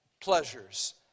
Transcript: pleasures